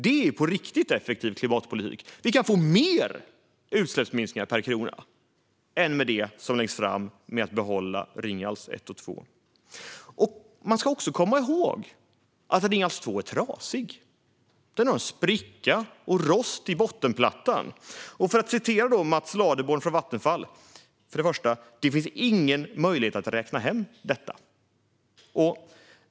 Det är på riktigt effektiv klimatpolitik. Vi kan få mer utsläppsminskningar per krona än med det som läggs fram med att behålla Ringhals 1 och 2. Man ska också komma ihåg att Ringhals 2 är trasig. Den har en spricka och rost i bottenplattan. För att citera Mats Ladeborn från Vattenfall: Det finns ingen möjlighet att räkna hem detta.